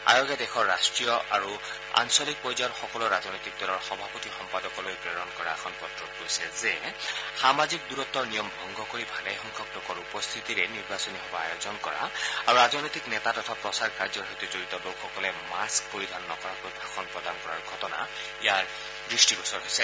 আয়োগে দেশৰ সকলো ৰাষ্ট্ৰীয় আৰু আঞ্চলিক ৰাজনৈতিক দলৰ সভাপতি সম্পাদকলৈ প্ৰেৰণ কৰা এখন পত্ৰত কৈছে যে সামাজিক দুৰত্বৰ নিয়ম ভংগ কৰি ভালেসংখ্যক লোকৰ উপস্থিতিৰে ৰাজহুৱা সভা আযোজন কৰা আৰু ৰাজনৈতিক নেতা তথা প্ৰচাৰ কাৰ্যৰ সৈতে জড়িত লোকসকলে মাস্ক পৰিধান নকৰাকৈ ভাষণ প্ৰদান কৰাৰ ইয়াৰ দৃষ্টিগোচৰ হৈছে